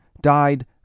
died